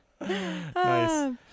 nice